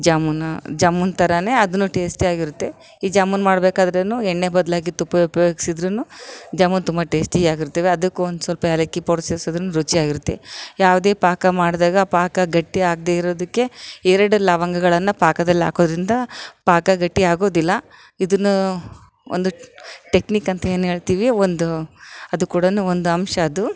ಜಾಮೂನು ಜಾಮೂನ್ ಥರಾ ಅದು ಟೇಸ್ಟಿ ಆಗಿರುತ್ತೆ ಈ ಜಾಮೂನ್ ಮಾಡಬೇಕಾದ್ರೂ ಎಣ್ಣೆ ಬದಲಾಗಿ ತುಪ್ಪ ಉಪಯೋಗಿಸಿದ್ರು ಜಾಮೂನ್ ತುಂಬ ಟೇಸ್ಟಿ ಆಗಿರ್ತವೆ ಅದಕ್ಕೂ ಒದು ಸ್ವಲ್ಪ ಯಾಲಕ್ಕಿ ಪೌಡ್ರ್ ಸೇರಿಸೋದ್ರಿಂದ ರುಚಿಯಾಗಿರುತ್ತೆ ಯಾವುದೇ ಪಾಕ ಮಾಡಿದಾಗ ಪಾಕ ಗಟ್ಟಿಯಾಗದೆ ಇರೋದಕ್ಕೆ ಎರಡು ಲವಂಗಗಳನ್ನು ಪಾಕದಲ್ಲಿ ಹಾಕೋದ್ರಿಂದ ಪಾಕ ಗಟ್ಟಿಯಾಗೋದಿಲ್ಲ ಇದನ್ನು ಒಂದು ಟೆಕ್ನಿಕ್ ಅಂತ ಏನು ಹೇಳ್ತಿವಿ ಒಂದು ಅದು ಕೂಡ ಒಂದು ಅಂಶ ಅದು